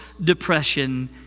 depression